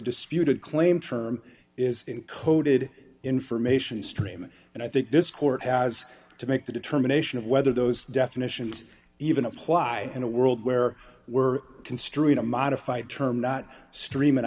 disputed claim term is encoded information stream and i think this court has to make the determination of whether those definitions even apply in a world where we're construed a modified term not stream in